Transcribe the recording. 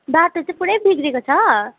बाटो चाहिँ पुरा बिग्रेको छ